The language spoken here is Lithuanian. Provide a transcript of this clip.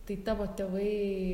tai tavo tėvai šeima